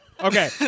Okay